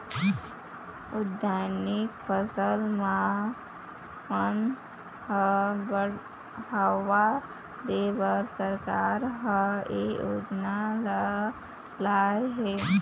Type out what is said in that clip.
उद्यानिकी फसल मन ह बड़हावा देबर सरकार ह ए योजना ल लाए हे